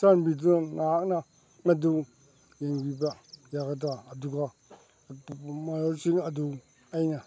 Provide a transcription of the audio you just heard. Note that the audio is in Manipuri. ꯆꯥꯟꯕꯤꯗꯨꯅ ꯅꯍꯥꯛꯅ ꯃꯗꯨ ꯌꯦꯡꯕꯤꯕ ꯌꯥꯒꯗ꯭ꯔꯥ ꯑꯗꯨꯒ ꯑꯀꯨꯞꯄ ꯃꯔꯣꯜꯁꯤꯡ ꯑꯗꯨ ꯑꯩꯅ